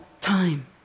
time